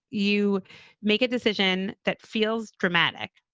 you make a decision that feels dramatic.